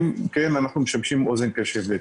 אנחנו משמשים אוזן קשבת.